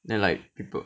then like people